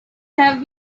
have